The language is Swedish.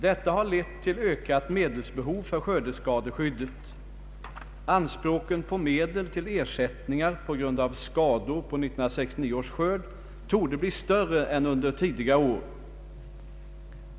Detta har lett till ökat medelsbehov för skördeskadeskyddet. Anspråken på medel till ersättningar på grund av skador på 1969 års skörd torde bli större än under tidigare år.